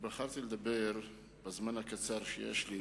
בחרתי לדבר בזמן הקצר שיש לי